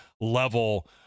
level